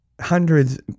hundreds